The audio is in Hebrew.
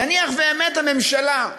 נניח ובאמת הממשלה,